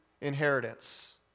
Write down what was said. inheritance